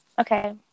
okay